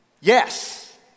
Yes